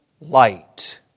light